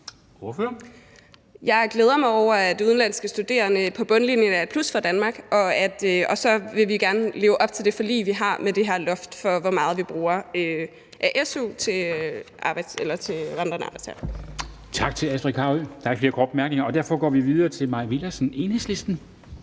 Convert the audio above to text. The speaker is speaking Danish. Jeg glæder mig over, at udenlandske studerende på bundlinjen er et plus for Danmark, og så vil vi gerne leve op til det forlig, vi har, med det her loft for, hvor meget vi bruger af su til vandrende arbejdstagere. Kl. 11:11 Formanden (Henrik Dam Kristensen): Tak til Astrid Carøe. Der er ikke flere korte bemærkninger, og derfor går vi videre til Mai Villadsen, Enhedslisten.